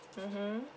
mmhmm